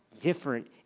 different